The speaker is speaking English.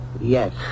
Yes